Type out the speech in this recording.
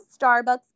Starbucks